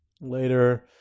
Later